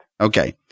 Okay